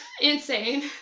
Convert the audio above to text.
Insane